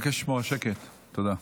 אני מבקש לשמור על שקט, תודה.